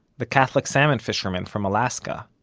the catholic salmon fisherman from alaska,